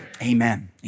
Amen